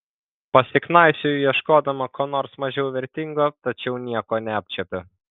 pasiknaisioju ieškodama ko nors mažiau vertingo tačiau nieko neapčiuopiu